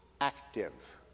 active